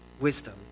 wisdom